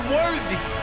worthy